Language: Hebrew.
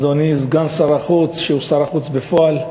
אדוני סגן שר החוץ, שהוא שר החוץ בפועל,